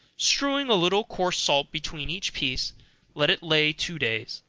strewing a little coarse salt between each piece let it lay two days,